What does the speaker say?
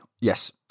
yes